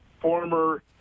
former